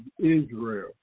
Israel